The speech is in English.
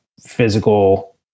physical